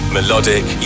Melodic